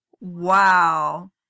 Wow